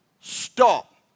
stop